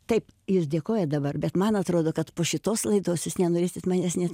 taip ir dėkoja dabar bet man atrodo kad po šitos laidos jūs nenorėsit manęs net